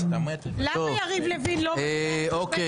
למה יריב לוין לא --- אוקיי,